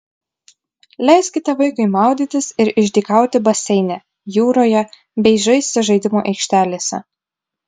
leiskite vaikui maudytis ir išdykauti baseine jūroje bei žaisti žaidimų aikštelėse